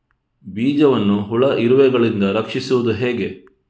ಬೀಜವನ್ನು ಹುಳ, ಇರುವೆಗಳಿಂದ ರಕ್ಷಿಸುವುದು ಹೇಗೆ?